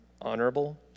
honorable